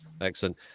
Excellent